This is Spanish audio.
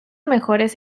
mejores